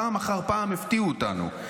פעם אחר פעם הפתיעו אותנו.